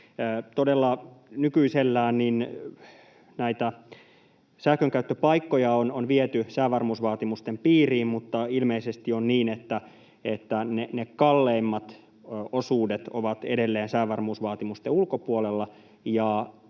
Todella nykyisellään näitä sähkönkäyttöpaikkoja on viety säävarmuusvaatimusten piiriin, mutta ilmeisesti on niin, että ne kalleimmat osuudet ovat edelleen säävarmuusvaatimusten ulkopuolella,